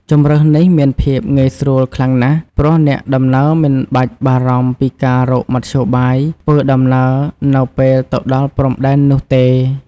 ជម្រើសនេះមានភាពងាយស្រួលខ្លាំងណាស់ ព្រោះអ្នកដំណើរមិនបាច់បារម្ភពីការរកមធ្យោបាយធ្វើដំណើរនៅពេលទៅដល់ព្រំដែននោះទេ។